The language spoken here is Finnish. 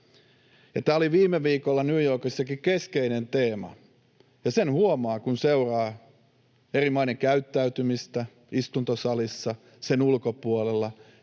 Tämä oli viime viikolla New Yorkissakin keskeinen teema, ja sen huomaa, kun seuraa eri maiden käyttäytymistä istuntosalissa, sen ulkopuolella,